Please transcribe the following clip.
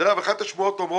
דרך אגב, אחת השמועות אומרת